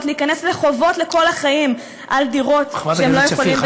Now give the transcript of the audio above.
להיכנס לחובות לכל החיים על דירות שהם לא יכולים באמת לרכוש.